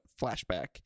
flashback